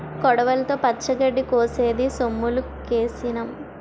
కొడవలితో పచ్చగడ్డి కోసేసి సొమ్ములుకేసినాం